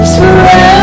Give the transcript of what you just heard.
forever